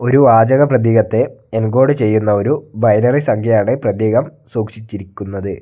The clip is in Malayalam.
ഒരു വാചക പ്രതീകത്തെ എൻകോഡ് ചെയ്യുന്ന ഒരു ബൈനറി സംഖ്യയാണ് പ്രതീകം സൂക്ഷിച്ചിരിക്കുന്നത്